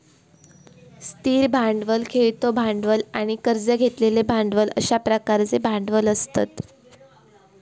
स्थिर भांडवल, खेळतो भांडवल आणि कर्ज घेतलेले भांडवल अश्या प्रकारचे भांडवल असतत